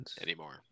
anymore